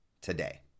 today